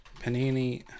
Panini